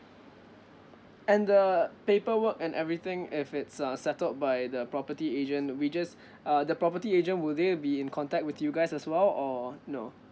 and the paperwork and everything if it's uh settled by the property agent we just uh the property agent will they be in contact with you guys as well or no